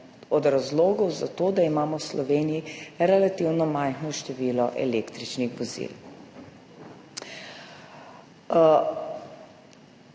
od razlogov za to, da imamo v Sloveniji relativno majhno število električnih vozil.